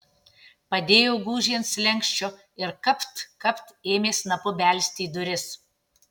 padėjo gūžį ant slenksčio ir kapt kapt ėmė snapu belsti į duris